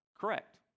correct